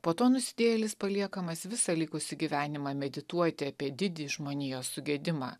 po to nusidėjėlis paliekamas visą likusį gyvenimą medituoti apie didį žmonijos sugedimą